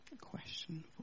question